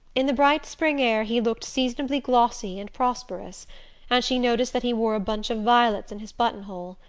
in the bright spring air he looked seasonably glossy and prosperous and she noticed that he wore a bunch of violets in his buttonhole.